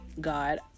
God